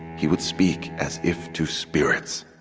he would speak as if to spirits